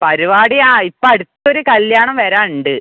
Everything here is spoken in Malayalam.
പരിപാടി ആ ഇപ്പം അടുത്തൊരു കല്ല്യാണം വരണുണ്ട്